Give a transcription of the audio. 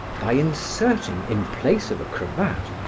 by inserting, in place of a cravat,